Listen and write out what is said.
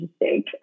mistake